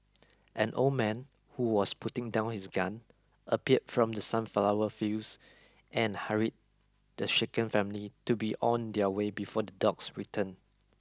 an old man who was putting down his gun appeared from the sunflower fields and hurried the shaken family to be on their way before the dogs return